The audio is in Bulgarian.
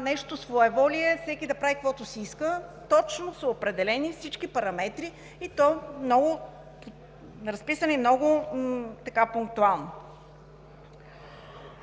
нещо не е своеволие – всеки да прави, каквото си иска, точно са определени всички параметри, и то разписани много пунктуално.